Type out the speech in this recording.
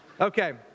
okay